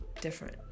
different